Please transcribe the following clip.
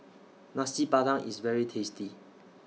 Nasi Padang IS very tasty